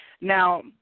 Now